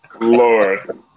Lord